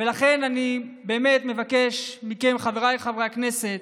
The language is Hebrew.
ולכן אני באמת מבקש מכם, חבריי חברי הכנסת,